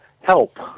help